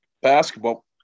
basketball